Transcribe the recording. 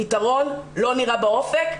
ופתרון לא נראה באופק.